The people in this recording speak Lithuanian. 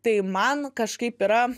tai man kažkaip yra